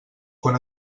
quan